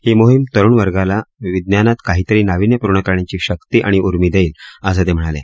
ही मोहीम तरुणवर्गाला विज्ञानात काहीतरी नाविन्यपूर्ण करण्याची शक्ती आणि उर्मी देईल असं ते म्हणाले